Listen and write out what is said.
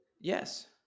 Yes